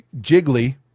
Jiggly